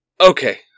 Okay